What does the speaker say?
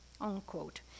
unquote